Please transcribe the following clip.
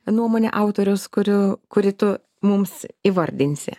nuomone autoriaus kurio kurį tu mums įvardinsi